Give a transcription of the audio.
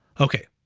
okay,